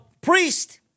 Priest